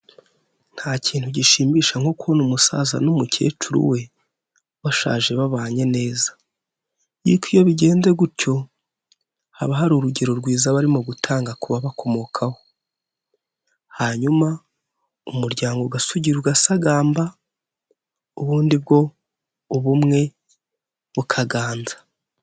Nta kintu gishimisha nko kubona umusaza n'umukecuru we bashaje babanye neza, ariko iyo bigenze gutyo haba hari urugero rwiza barimo gutanga kubakomokaho, hanyuma umuryango ugasugira ugasagamba ubundi bwo ubumwe bukaganza.